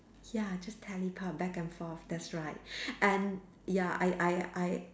ya just teleport back and forth that's right and ya I I I